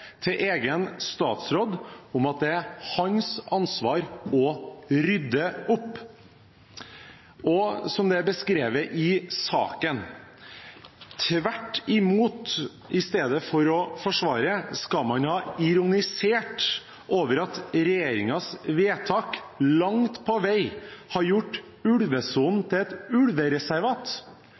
til egen statsråd om at det var hans ansvar å rydde opp. Som det er beskrevet i saken, skal man tvert imot – i stedet for å forsvare – ha ironisert over at regjeringens vedtak langt på vei har gjort ulvesonen til et ulvereservat.